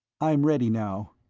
i'm ready now.